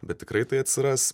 bet tikrai tai atsiras